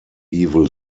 evil